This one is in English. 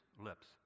lips